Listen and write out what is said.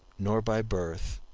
nor by birth,